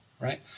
Right